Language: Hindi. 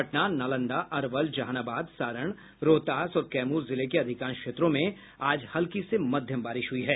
पटना नालंदा अरवल जहानाबाद सारण रोहतास और कैमूर जिले के अधिकांश क्षेत्रों में आज हल्की से मध्यम बारिश हुई है